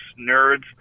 nerds